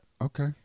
Okay